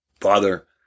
Father